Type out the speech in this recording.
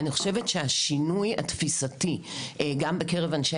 אני חושבת שהשינוי התפיסתי גם בקרב אנשי